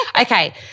Okay